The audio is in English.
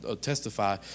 testify